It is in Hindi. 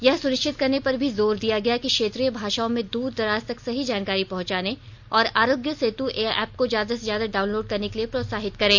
यह सुनिश्चित करने पर भी जोर दिया गया कि क्षेत्रीय भाषाओं में दूर दराज तक सही जानकारी पहुंचाने और आरोग्य सेतु ऐप को ज्यादा से ज्यादा डाउनलोड करने के लिए प्रोत्साहित करें